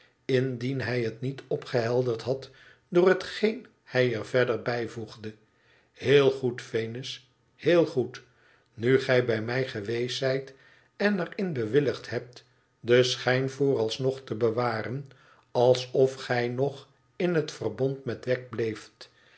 indien hij het niet opgehelderd had door hetgeen hij er verder bijvoegde heel goed venus heel goed nu gij bij mij geweest zijt en er in beigd hebt den schijn vooralsnog te bewaren alsof gij nog in het verbond met wegg bleeft